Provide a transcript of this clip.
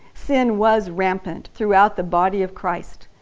sin was rampant throughout the body of christ.